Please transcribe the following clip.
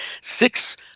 six